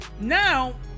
now